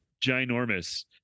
ginormous